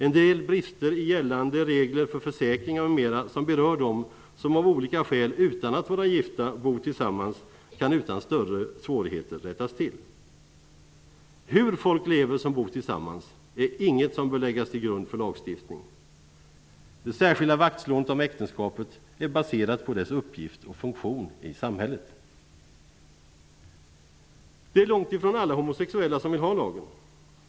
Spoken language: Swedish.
En del brister i gällande regler för försäkringar m.m. som berör dem som av olika skäl utan att vara gifta bor tillsammans kan utan större svårigheter rättas till. Hur folk lever som bor tillsammans är inget som bör läggas till grund för lagstiftning. Det särskilda vaktslåendet om äktenskapet är baserat på dess uppgift och funktion i samhället. Det är långtifrån alla homosexuella som vill ha lagen.